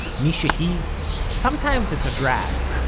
mishehi? sometimes it's a drag,